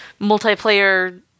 multiplayer